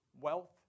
wealth